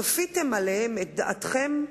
כפיתם עליהם את דעתכם,